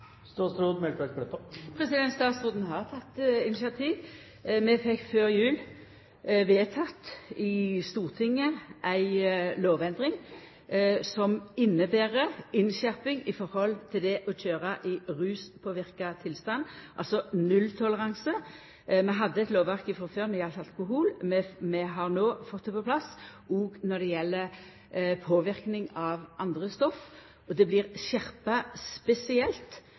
Statsråden har teke initiativ. Vi fekk før jul vedteke i Stortinget ei lovendring som inneber innskjerping i forhold til det å kjøra i ruspåverka tilstand – altså nulltoleranse. Vi hadde eit lovverk frå før når det galdt alkohol. Vi har no fått det på plass òg når det gjeld påverknad av andre stoff, og det blir skjerpa spesielt